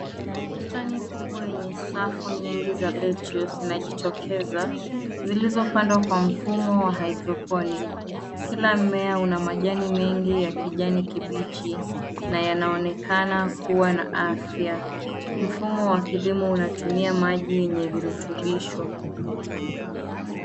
Bustani kubwa yenye safu nyingi za lettuce inajitokeza, zilizopandwa kwa mfumo wa haidroponi. Kila mmea una majani mengi ya kijani kichi na yanaonekana kuwa na afya. Mfumo wa kilimo unatumia maji yenye virutubisho.